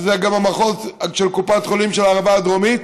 שזה גם המחוז של קופת חולים של הערבה הדרומית,